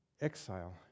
exile